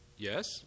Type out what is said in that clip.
Yes